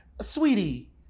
sweetie